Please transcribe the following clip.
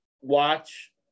watch